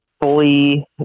fully